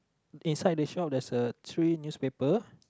inside the shop there's uh three newspaper